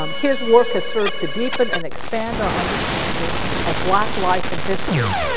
um his work has served to deepen and expand our understanding of black life and history,